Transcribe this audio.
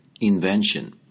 invention